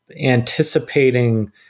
anticipating